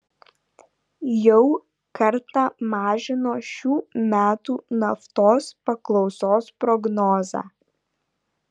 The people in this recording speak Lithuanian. jau kartą mažino šių metų naftos paklausos prognozę